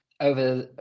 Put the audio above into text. over